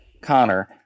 connor